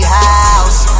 house